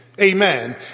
Amen